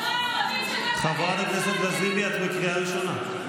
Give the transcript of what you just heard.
חברת הכנסת לזימי, את בקריאה ראשונה.